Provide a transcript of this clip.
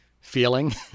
feeling